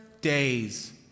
days